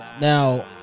Now